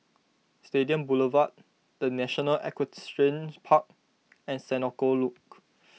Stadium Boulevard the National Equestrian Park and Senoko Loop